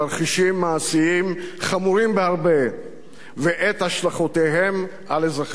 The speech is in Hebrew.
מעשיים חמורים בהרבה ואת השלכותיהם על אזרחי ישראל.